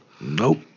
Nope